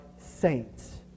saints